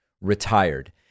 retired